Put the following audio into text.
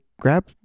grab